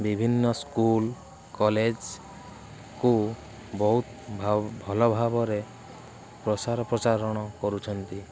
ବିଭିନ୍ନ ସ୍କୁଲ କଲେଜକୁ ବହୁତ ଭଲ ଭାବରେ ପ୍ରସାର ପ୍ରଚାରଣ କରୁଛନ୍ତି